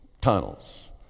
tunnels